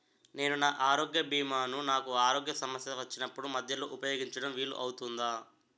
నేను నా ఆరోగ్య భీమా ను నాకు ఆరోగ్య సమస్య వచ్చినప్పుడు మధ్యలో ఉపయోగించడం వీలు అవుతుందా?